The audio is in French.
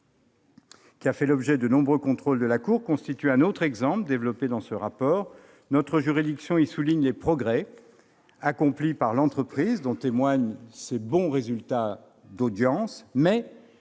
qui a fait l'objet de nombreux contrôles de la Cour des comptes, constitue un autre exemple développé dans ce rapport. Notre juridiction y souligne les progrès accomplis par l'entreprise, dont témoignent ses bons résultats d'audience.